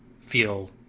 feel